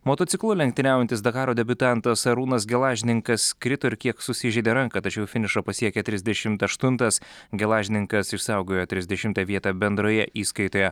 motociklu lenktyniaujantis dakaro debiutantas arūnas gelažninkas krito ir kiek susižeidė ranką tačiau finišą pasiekė trisdešimt aštuntas gelažninkas išsaugojo trisdešimtą vietą bendroje įskaitoje